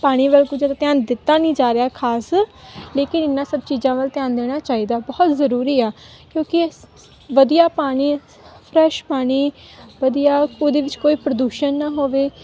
ਪਾਣੀ ਵੱਲ ਕੋਈ ਜ਼ਿਆਦਾ ਧਿਆਨ ਦਿੱਤਾ ਨਹੀਂ ਜਾ ਰਿਹਾ ਖ਼ਾਸ ਲੇਕਿਨ ਇੰਨਾ ਸਭ ਚੀਜ਼ਾਂ ਵੱਲ ਧਿਆਨ ਦੇਣਾ ਚਾਹੀਦਾ ਬਹੁਤ ਜ਼ਰੂਰੀ ਆ ਕਿਉਂਕਿ ਇਸ ਵਧੀਆ ਪਾਣੀ ਫਰੈਸ਼ ਪਾਣੀ ਵਧੀਆ ਉਹਦੇ ਵਿੱਚ ਕੋਈ ਪ੍ਰਦੂਸ਼ਣ ਨਾ ਹੋਵੇ